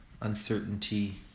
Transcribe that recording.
uncertainty